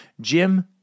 Jim